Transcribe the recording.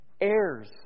Heirs